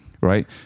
right